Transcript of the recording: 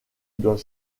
doit